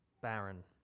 Baron